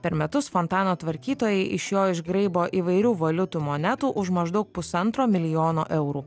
per metus fontano tvarkytojai iš jo išgraibo įvairių valiutų monetų už maždaug pusantro milijono eurų